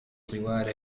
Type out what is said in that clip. طوال